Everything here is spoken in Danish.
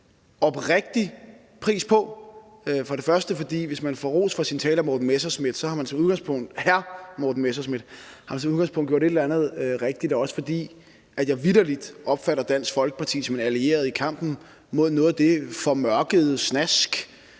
på, for det første fordi man, hvis man får ros for sin tale af hr. Morten Messerschmidt, som udgangspunkt har gjort et eller andet rigtigt, og for det andet fordi jeg vitterlig opfatter Dansk Folkeparti som en allieret i kampen mod noget af det formørkede snask,